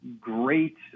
great